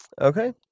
okay